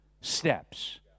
steps